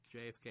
JFK